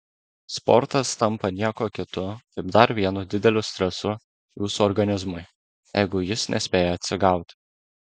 sportas tampa niekuo kitu kaip dar vienu dideliu stresu jūsų organizmui jeigu jis nespėja atsigauti